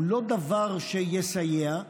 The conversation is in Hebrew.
היא לא דבר שיסייע,